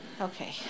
Okay